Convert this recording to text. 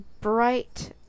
bright